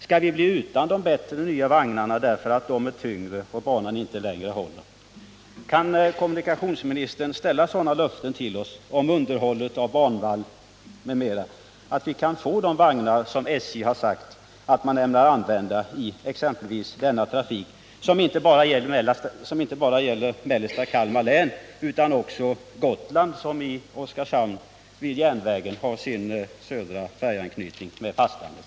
Skall vi bli utan de bättre nya vagnarna därför att de är tyngre och banan inte längre håller? Kan kommunikationsministern ställa sådana löften till oss om underhållet av banvall m.m. att vi kan få de vagnar som SJ har sagt att man ämnar använda på exempelvis denna sträcka, som inte bare berör mellersta Kalmar län utan också Gotland, som vid järnvägen i Oskarshamn har sin södra färjeanknytning med fastlandet?